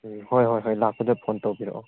ꯎꯝ ꯍꯣꯏ ꯍꯣꯏ ꯍꯣꯏ ꯂꯥꯛꯄꯗ ꯐꯣꯟ ꯇꯧꯕꯤꯔꯛꯑꯣ